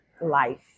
life